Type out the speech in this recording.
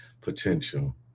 potential